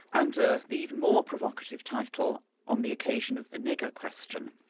and the even more provocative title on the occasion of the nigger question,